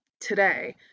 today